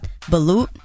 Balut